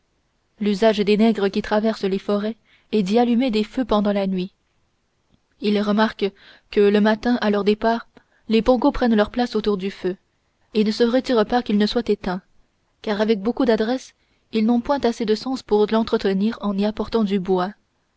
l'usage des nègres qui traversent les forêts est d'y allumer des feux pendant la nuit ils remarquent que le matin à leur départ les pongos prennent leur place autour du feu et ne se retirent pas qu'il ne soit éteint car avec beaucoup d'adresse ils n'ont point assez de sens pour l'entretenir en y apportant du bois